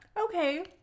Okay